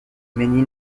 mesnil